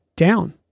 down